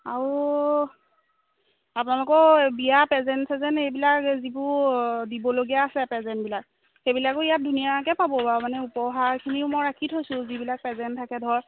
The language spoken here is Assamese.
আৰু আপোনালোকৰ বিয়া পেজেণ্ট চেজেণ্ট এইবিলাক যিবোৰ দিবলগীয়া আছে প্ৰেজেণ্টবিলাক সেইবিলাকো ইয়াত ধুনীয়াকে পাব বাৰু মানে উপহাৰখিনিও মই ৰাখি থৈছোঁ যিবিলাক প্ৰেজেণ্ট থাকে ধৰক